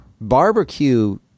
Barbecue